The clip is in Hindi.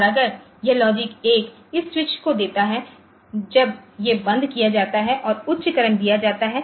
और अगर यह लॉजिक 1 इस स्विच को देता है जब ये बंद किया जाता है और उच्च करंट दिया जाता है